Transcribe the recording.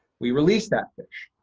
we release that fish,